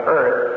earth